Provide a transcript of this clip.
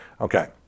Okay